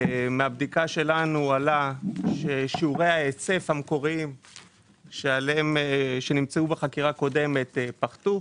מהבדיקה שלנו עלה ששיעורי ההיצף המקוריים שנמצאו בחקירה הקודמת פחתו.